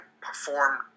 perform